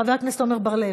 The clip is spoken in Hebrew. חבר הכנסת עמר בר-לב,